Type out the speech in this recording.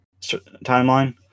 timeline